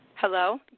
Hello